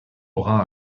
aura